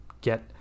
get